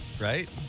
right